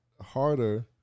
harder